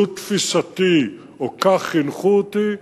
זו תפיסתי, או כך חינכו אותי,